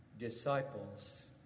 disciples